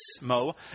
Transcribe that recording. Mo